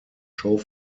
show